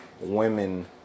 women